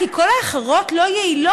כי כל האחרות לא יעילות,